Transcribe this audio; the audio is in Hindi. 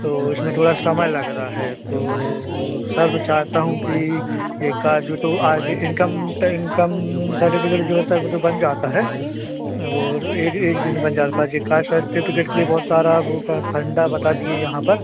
तो इसमें थोड़ा समय लग रहा है तो सर मैं चाहता हूँ कि यह काजु तो आज ही इनकम तो इनकम सर्टिफिकेट जो है सर वह तो बन जाता है और एक दिन में बन जाता पर यह कास्ट सर्टिफिकेट के लिए बहुत सारा वह का फंडा बता दिए यहाँ पर